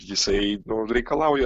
jisai nu reikalauja